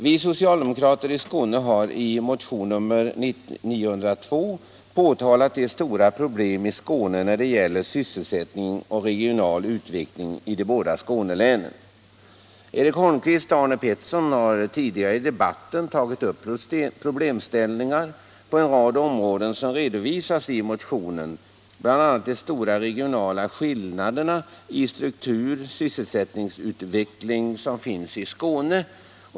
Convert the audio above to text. Vi socialdemokrater i Skåne har i motionen 902 påtalat de stora problemen i Skåne när det gäller sysselsättning och regional utveckling i de två Skånelänen. Eric Holmqvist och Arne Pettersson har tidigare i debatten tagit upp problemställningar på en rad områden som redovisas i motionen, bl.a. de stora regionala skillnaderna i strukturoch sysselsättningsutvecklingen i Skåne.